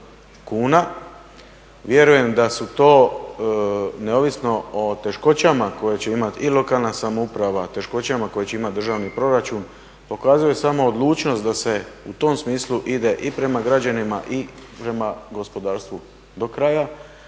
kuna. Vjerujem da su to neovisno o teškoćama koje će imati i lokalna samouprava, teškoćama koje će imati državni proračun, pokazuje samo odlučnost da se u tom smislu ide i prema građanima i prema gospodarstvu do kraja